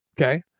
Okay